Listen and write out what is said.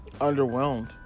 underwhelmed